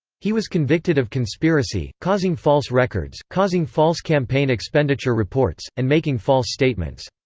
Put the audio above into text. he was convicted of conspiracy, causing false records, causing false campaign expenditure reports, and making false statements.